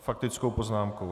Faktickou poznámkou.